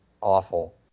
awful